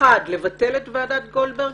1. לבטל את ועדת גולדברג,